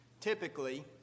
Typically